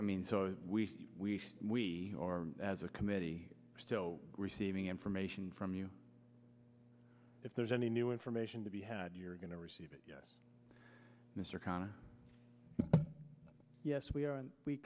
i mean so we we are as a committee still receiving information from you if there's any new information to be had you're going to receive it yes mr condit yes we are and we